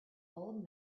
old